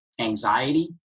anxiety